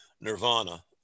nirvana